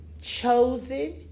chosen